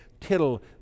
tittle